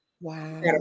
Wow